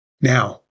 Now